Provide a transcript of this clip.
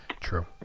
True